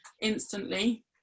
instantly